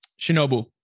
Shinobu